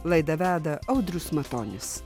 laidą veda audrius matonis